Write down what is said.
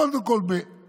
קודם כול מנקים,